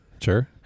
sure